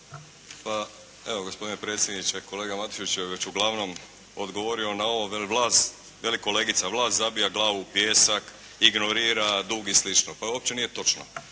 Pa evo gospodine predsjedniče, kolega Matušić je već uglavnom odgovorio na ovo veli vlast, veli kolegica “vlast zabija glavu u pijesak, ignorira dug“ i slično. Pa uopće nije točno.